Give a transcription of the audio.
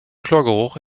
chlorgeruch